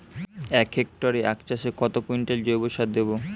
এক হেক্টরে আখ চাষে কত কুইন্টাল জৈবসার দেবো?